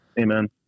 Amen